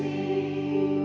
the